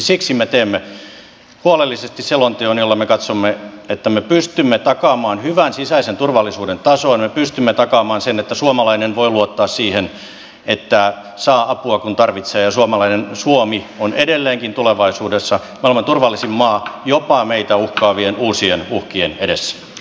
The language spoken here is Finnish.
siksi me teemme huolellisesti selonteon jolla me katsomme että me pystymme takaamaan hyvän sisäisen turvallisuuden tason me pystymme takaamaan sen että suomalainen voi luottaa siihen että saa apua kun tarvitsee ja suomi on edelleenkin tulevaisuudessa maailman turvallisin maa jopa meitä uhkaavien uusien uhkien edessä